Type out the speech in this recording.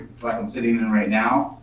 like i'm sitting and in right now,